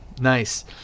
nice